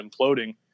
imploding